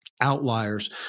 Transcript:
Outliers